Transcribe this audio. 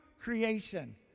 creation